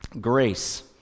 grace